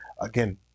Again